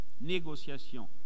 Négociation